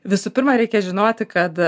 visų pirma reikia žinoti kad